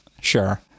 Sure